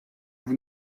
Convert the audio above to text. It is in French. vous